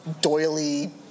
doily